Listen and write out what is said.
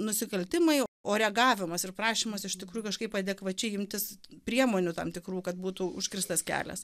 nusikaltimai o reagavimas ir prašymas iš tikrųjų kažkaip adekvačiai imtis priemonių tam tikrų kad būtų užkirstas kelias